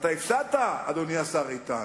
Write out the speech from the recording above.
ואתה הפסדת, אדוני השר איתן: